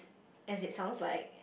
as it sounds like